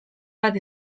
bat